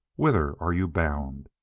whither are you bound?